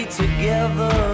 together